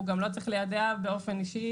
הוא גם לא צריך ליידע באופן אישי,